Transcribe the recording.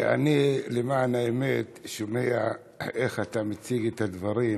למען האמת, אני שומע איך אתה מציג את הדברים,